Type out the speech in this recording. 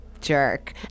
jerk